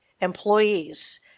employees